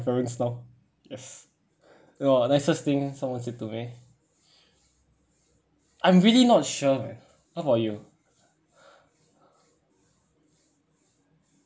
parents now yes no nicest thing someone said to me I'm really not sure man how about you